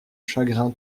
chagrin